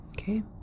Okay